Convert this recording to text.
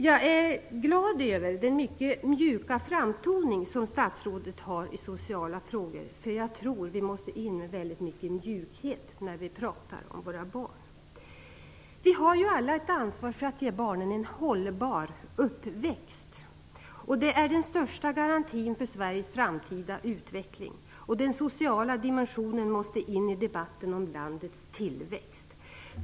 Jag är glad över den mycket mjuka framtoning som statsrådet har i sociala frågor, för jag tror att vi måste in med mycket mjukhet när vi pratar om våra barn. Vi har alla ett ansvar för att ge barnen en hållbar uppväxt. Det är den största garantin för Sveriges framtida utveckling. Den sociala dimensionen måste in i debatten om landets tillväxt.